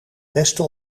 beste